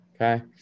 okay